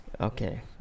Okay